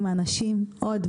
אני מאוד שמחה שאת פה.